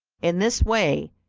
in this way,